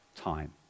time